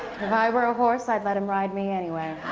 if i were a horse, i'd let him ride me any way.